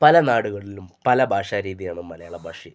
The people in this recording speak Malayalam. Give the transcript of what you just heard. പല നാടുകളിലും പല ഭാഷ രീതിയാണ് മലയാള ഭാഷയിൽ